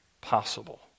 possible